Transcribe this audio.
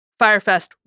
Firefest